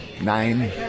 nine